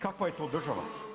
Kakva je to država?